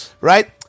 Right